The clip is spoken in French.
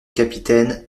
capitaine